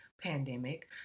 pandemic